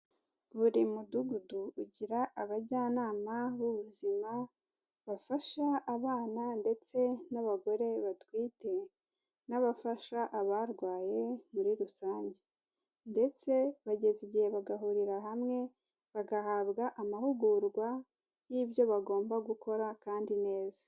Buri mudugudu ugira abajyanama b'ubuzima bafasha abana ndetse n'abagore batwite, n'abafasha abarwaye muri rusange, ndetse bageza igihe bagahurira hamwe bagahabwa amahugurwa y'ibyo bagomba gukora kandi neza.